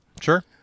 Sure